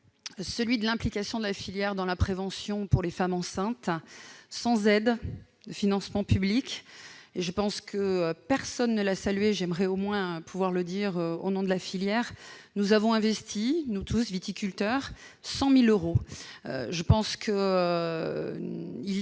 celui de l'implication de la filière dans la prévention en direction des femmes enceintes. Sans aide, sans financement public- personne ne l'a salué, j'aimerais au moins pouvoir le dire au nom de la filière -, nous avons investi, nous tous, viticulteurs, 100 000 euros. Il était de